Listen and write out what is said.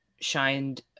shined